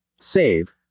Save